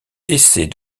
essaye